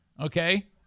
Okay